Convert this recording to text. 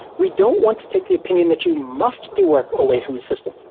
we don't want to take the opinion that you must do work away from the system.